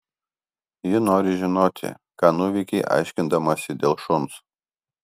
ji nori žinoti ką nuveikei aiškindamasi dėl šuns